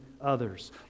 others